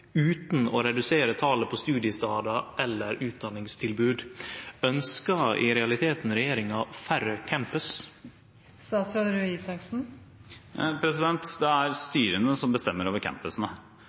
å redusere talet på studiestader eller utdanningstilbod? Ynskjer i realiteten regjeringa færre campus? Det er styrene som bestemmer over